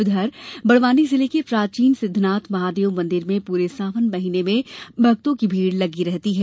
उधर बड़वानी जिले के प्राचीन सिद्धनाथ महादेव मंदिर में पूरे सावन महिने में भक्तों की भीड़ लगी रहती है